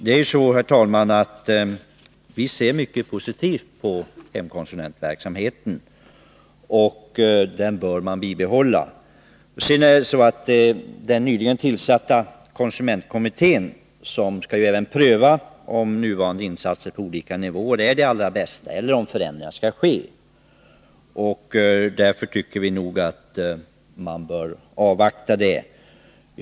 Vi ser, herr talman, mycket positivt på hemkonsulentverksamheten, och den bör bibehållas. Den nyligen tillsatta konsumentkommittén skall även pröva om nuvarande insatser på olika nivåer är de allra bästa eller om förändringar skall ske. Därför tycker vi nog att man bör avvakta kommitténs uttalande.